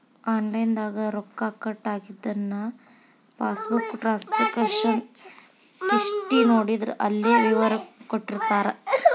online ದಾಗ ರೊಕ್ಕ cut ಆಗಿದನ್ನ ಪಾಸ್ಬುಕ್ ಟ್ರಾನ್ಸಕಶನ್ ಹಿಸ್ಟಿ ನೋಡಿದ್ರ ಅಲ್ಲೆ ವಿವರ ಕೊಟ್ಟಿರ್ತಾರ